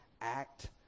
Act